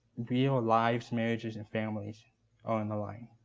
real lives, marriages, and families are on the line.